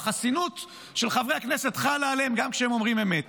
החסינות של חברי הכנסת חלה עליהם גם כשהם אומרים אמת.